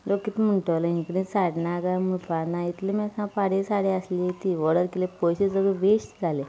लोक कितें म्हणटलो हांचे कडेन साडी ना काय म्हणची ना इतलें म्हणल्यार साप पाड साडी आसली ती ऑडर केलें पयशे सुद्दां वेस्ट जाले